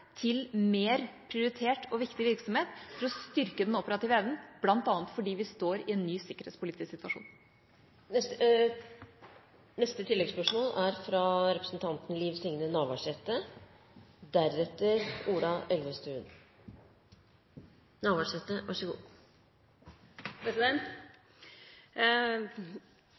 til mer prioritert og viktig virksomhet, for å styrke den operative evnen, bl.a. fordi vi står i en ny sikkerhetspolitisk situasjon. Liv Signe Navarsete – til oppfølgingsspørsmål. Me har ein dyktig forsvarsminister. Det er